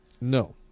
No